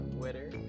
Twitter